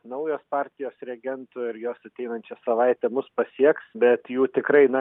naujos partijos reagentų ir jos ateinančią savaitę mus pasieks bet jų tikrai na